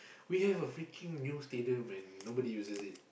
we have a freaking new stadium and nobody uses it